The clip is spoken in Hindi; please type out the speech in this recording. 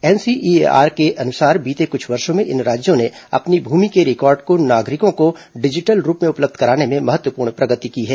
एनसीईएआर के अनुसार बीते कुछ वर्षों में इन राज्यों ने अपनी भूमि के रिकॉर्ड को नागरिकों को डिजिटल रूप में उपलब्ध कराने में महत्वपूर्ण प्रगति की है